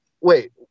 wait